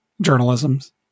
journalism's